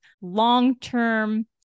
long-term